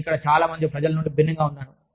నేను ఇక్కడ చాలా మంది ప్రజల నుండి భిన్నంగా ఉన్నాను